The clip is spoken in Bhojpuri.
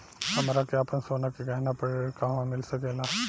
हमरा के आपन सोना के गहना पर ऋण कहवा मिल सकेला?